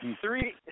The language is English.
three